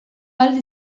ahal